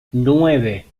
nueve